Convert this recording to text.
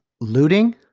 looting